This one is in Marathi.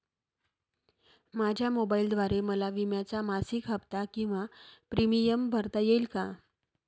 माझ्या मोबाईलद्वारे मला विम्याचा मासिक हफ्ता किंवा प्रीमियम भरता येईल का?